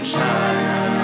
China